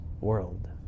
world